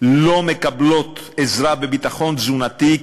לא מקבלות עזרה בביטחון תזונתי,